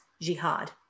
jihad